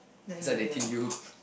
that's I dating you